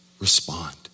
respond